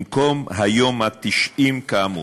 במקום היום ה-90 כאמור.